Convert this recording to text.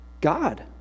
God